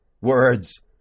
words